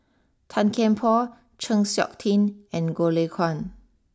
Tan Kian Por Chng Seok Tin and Goh Lay Kuan